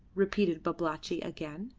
repeated babalatchi again.